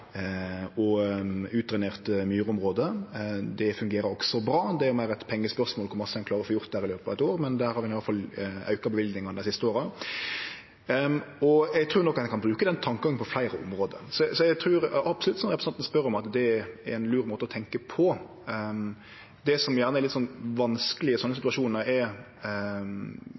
myrområde. Det fungerer også bra. Det er meir eit pengespørsmål kor mykje ein klarar å få gjort der i løpet av eit år, men der har vi i alle fall auka løyvingane dei siste åra, og eg trur nok ein kan bruke den tankegangen på fleire område, så eg trur absolutt, som representanten spør om, at det er ein lur måte å tenkje på. Det som gjerne er litt vanskeleg i sånne situasjonar, er